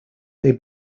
they